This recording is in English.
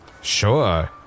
Sure